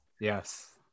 yes